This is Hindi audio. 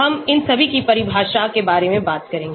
हम इन सभी की परिभाषा के बारे में बात करेंगे